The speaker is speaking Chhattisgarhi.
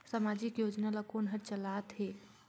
समाजिक योजना ला कोन हर चलाथ हे?